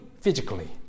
physically